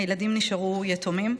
הילדים נשארו יתומים.